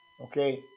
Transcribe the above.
Okay